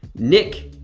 nick